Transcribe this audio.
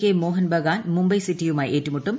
K Mohun Bagan Mumbai സിറ്റിയുമായി ഏറ്റുമുട്ടും